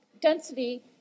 density